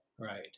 right